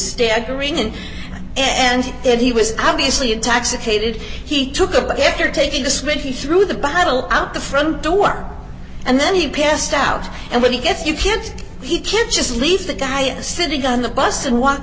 staggering in and then he was obviously intoxicated he took after taking the smith he threw the bottle out the front door and then he passed out and when he gets you can't he can't just leave the guy sitting on the bus and walk